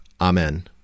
Amen